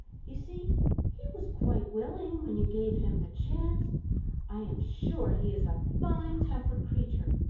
you see he was quite willing when you gave him the chance i am sure he is a fine-tempered creature,